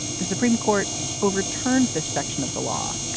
the supreme court overturned the section of the law.